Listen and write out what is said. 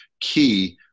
key